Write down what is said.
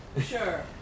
Sure